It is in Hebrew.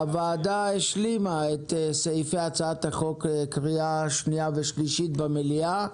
הוועדה השלימה את סעיפי הצעת החוק לקריאה שנייה ושלישית במליאה,